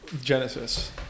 Genesis